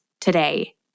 today